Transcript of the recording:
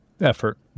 Effort